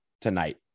tonight